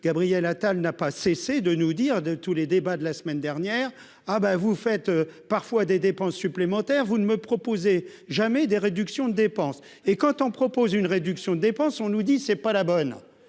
Gabriel Attal n'a pas cessé de nous dire de tous les débats de la semaine dernière, ah bah vous faites parfois des dépenses supplémentaires, vous ne me proposer jamais des réductions de dépenses et quand on propose une réduction des dépenses, on nous dit : c'est pas la bonne,